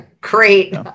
great